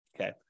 Okay